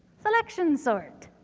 selection sort.